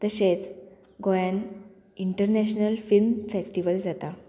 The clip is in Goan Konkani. तशेंच गोंयान इंटरनॅशनल फिल्म फेस्टिवल जाता